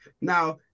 Now